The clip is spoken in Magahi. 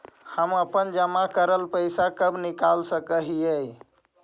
हम अपन जमा करल पैसा कब निकाल सक हिय?